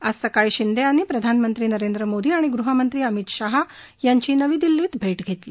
आज सकाळी शिंदे यांनी प्रधानमंत्री नरेंद्र मोदी आणि आणि गृहमंत्री अमित शहा यांची नवी दिल्लीत भेट घेतली